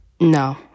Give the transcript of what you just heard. no